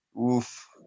Oof